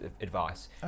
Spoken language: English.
advice